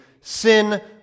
sin